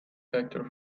factor